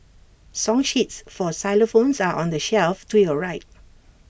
song sheets for xylophones are on the shelf to your right